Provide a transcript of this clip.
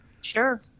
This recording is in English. Sure